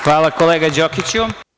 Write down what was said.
Hvala, kolega Đokiću.